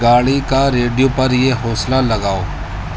گاڑی کا ریڈیو پر یہ حوصلہ لگاؤ